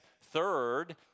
Third